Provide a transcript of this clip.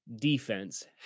defense